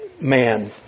man